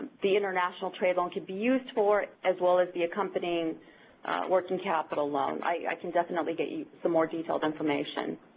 the international trade loan can be used for, as well as the accompanying working capital loan. i can definitely get you some more detailed information.